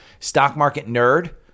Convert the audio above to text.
StockMarketNerd